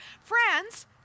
Friends